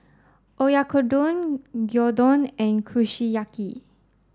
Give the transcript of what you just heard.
Oyakodon Gyudon and Kushiyaki